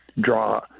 draw